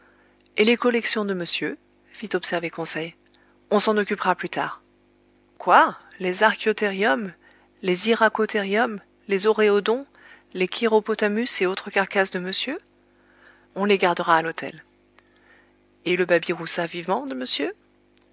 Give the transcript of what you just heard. et les collections de monsieur fit observer conseil on s'en occupera plus tard quoi les archiotherium les hyracotherium les oréodons les chéropotamus et autres carcasses de monsieur on les gardera à l'hôtel et le babiroussa vivant de monsieur